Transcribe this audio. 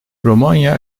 romanya